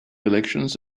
elections